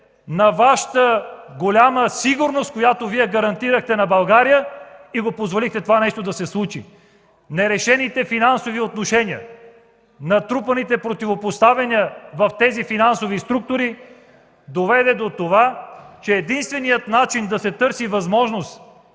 на Вашата голяма сигурност, която Вие гарантирахте на България и позволихте това нещо да се случи! Нерешените финансови отношения, натрупаните противопоставяния в тези финансови структури доведоха до това, че единственият начин да се търси възможност